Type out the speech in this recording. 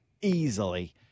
easily